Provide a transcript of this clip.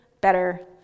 better